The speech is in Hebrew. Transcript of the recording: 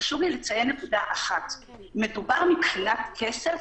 חשוב לי לציין נקודה אחת: מבחינת כסף,